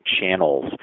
channels